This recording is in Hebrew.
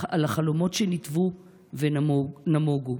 על החלומות שנטוו ונמוגו.